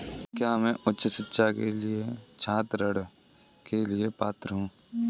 क्या मैं अपनी उच्च शिक्षा के लिए छात्र ऋण के लिए पात्र हूँ?